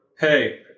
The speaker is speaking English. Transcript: hey